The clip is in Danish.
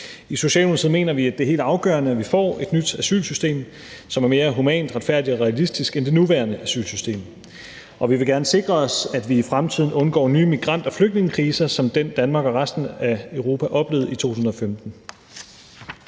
I Socialdemokratiet mener vi, at det er helt afgørende, at Danmark får et nyt asylsystem, som er mere humant, retfærdigt og realistisk end det nuværende asylsystem, og vi vil gerne sikre os, at vi i fremtiden undgår nye migrant- og flygtningekriser, som den Danmark og resten af Europa oplevede i 2015.